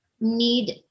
need